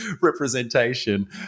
representation